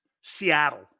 Seattle